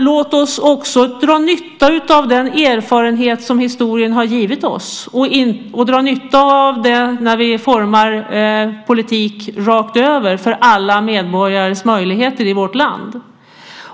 Låt oss dra nytta av den erfarenhet som historien har givit oss och dra nytta av det när vi formar politik rakt över för alla medborgares möjligheter i vårt land.